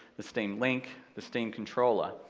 the steam link, the steam controller.